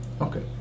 Okay